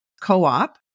co-op